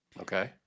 okay